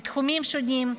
בתחומים שונים,